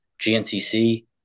GNCC